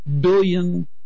billion